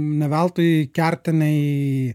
ne veltui kertiniai